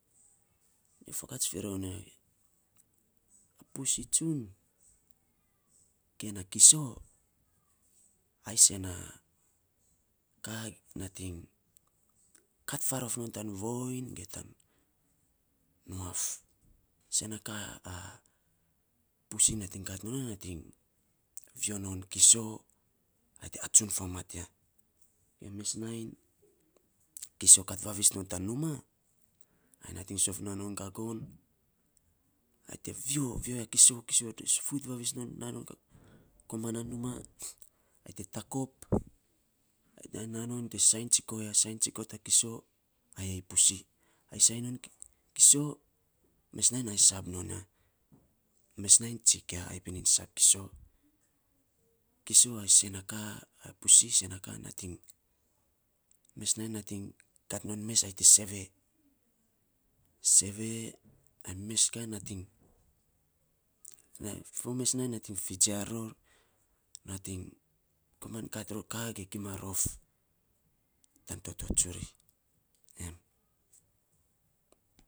Nyo fakats firou nei a pusi tsun ge na kiso ai sen na ka nating kat farof non tan voiny ge tan nuaf. Sen a kat posi nating kat non ya nating vio non kiso ai te atsun famat ya ge mes nainy kiso kat vavis non tan numa ai nating sof na non gagon vio, vio na kiso te fuit vavis non na non komana na numa ai te takop ai te na ai te sainy ya sainy tsiko ta kiso ai pusi ai sainy non kiso, mes nainy ai sab non ya mes nainy tsikia. ai pininy sainy kiso kiso ai sen na ka ai pusi sen a ka nating mes nating ai nating fo mes naing nating figiar tor komany kat ror ka gima rof tana toto tsuri an.